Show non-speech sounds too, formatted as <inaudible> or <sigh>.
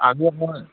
<unintelligible>